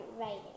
writing